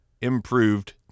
improved